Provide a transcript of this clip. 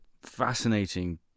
fascinating